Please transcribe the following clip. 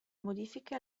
modifiche